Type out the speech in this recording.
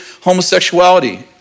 homosexuality